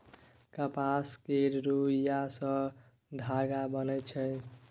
कपास केर रूइया सँ धागा बनइ छै